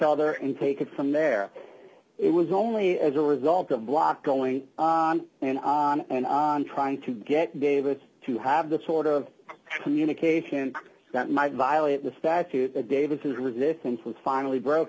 other and take it from there it was only as a result of block going on and on and on trying to get davis to have the sort of communication that might violate the statute davis resistance was finally broke